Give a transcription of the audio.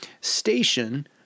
Station